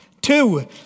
two